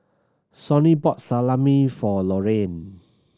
Sonny bought Salami for Lorraine